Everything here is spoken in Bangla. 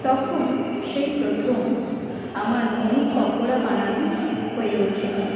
তখন সেই প্রথম আমার মুড়ির পকোড়া বানানো হয়ে ওঠেনি